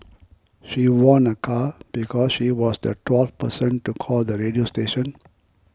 she won a car because she was the twelfth person to call the radio station